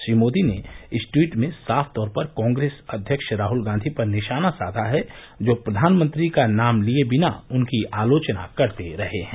श्री मोदी ने इस ट्वीट में साफतौर पर कांग्रेस अध्यक्ष राहल गांधी पर निशाना साधा है जो प्रधानमंत्री का नाम लिये बिना उनकी आलोचना करते रहे हैं